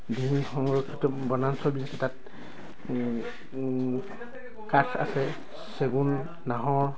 ভূমি সংৰক্ষিত বনাঞ্চল বুলি তাত কাঠ আছে চেগুন নাহৰ